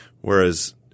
Whereas